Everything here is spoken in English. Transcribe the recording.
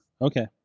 Okay